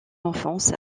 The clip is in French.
enfance